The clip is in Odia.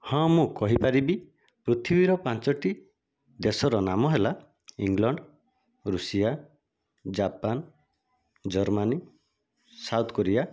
ହଁ ମୁଁ କହିପାରିବି ପୃଥିବିର ପାଞ୍ଚଟି ଦେଶର ନାମ ହେଲା England Russia Japan Germany South Korea